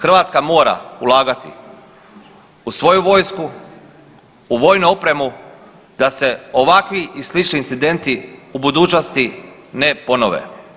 Hrvatska mora ulagati u svoju vojsku, u vojnu opremu da se ovakvi i slični incidenti u budućnosti ne ponove.